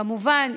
כמובן,